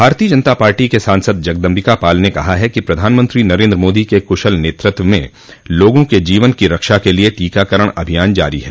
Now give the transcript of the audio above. भारतीय जनता पार्टी के सांसद जगदम्बिका पाल ने कहा है कि प्रधानमंत्री नरेन्द्र मोदी के कुशल नेतृत्व में लोगों के जीवन की रक्षा के लिए टीकाकरण अभियान जारी है